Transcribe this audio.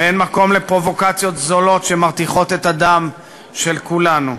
ואין מקום לפרובוקציות זולות שמרתיחות את הדם של כולנו.